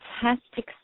fantastic